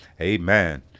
Amen